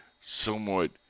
somewhat